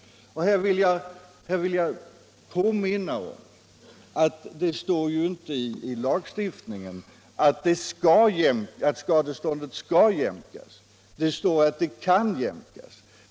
Här vill jag påminna om att det inte står i lagen att skadeståndet skall jämkas, det står att det kan jämkas.